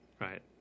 Right